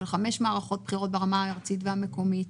של חמש מערכות בחירות ברמה הארצית והמקומית,